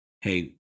hey